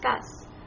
discuss